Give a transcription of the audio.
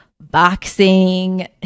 boxing